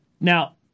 Now